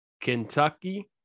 Kentucky